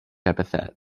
epithet